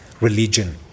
religion